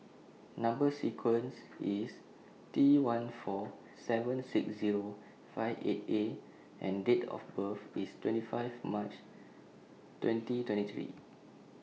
Number sequence IS T one four seven six Zero five eight A and Date of birth IS twenty five March twenty twenty three